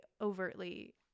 overtly